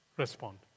Respond